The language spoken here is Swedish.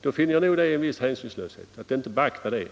då finner jag nog att det är en viss hänsynslöshet att inte beakta det.